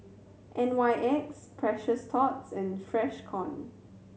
N Y X Precious Thots and Freshkon